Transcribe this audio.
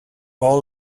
all